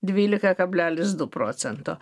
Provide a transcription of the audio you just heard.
dvylika kablelis du procento